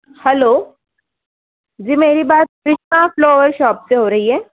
hello ji मेरी बात Krishna flower shop से हो रही है